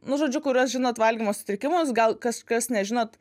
nu žodžiu kuriuos žinot valgymo sutrikimus gal kažkas nežinot